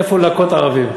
איפה להכות ערבים.